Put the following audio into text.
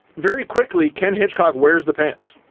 very quickly, ken hitchcock wears the pants.